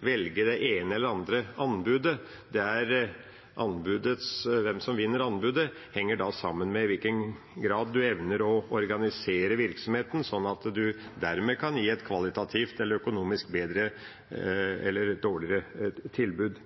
velge det ene eller andre anbudet. Hvem som vinner anbudet, henger sammen med i hvilken grad man evner å organisere virksomheten, slik at man dermed kan gi et kvalitativt eller økonomisk bedre eller dårligere tilbud.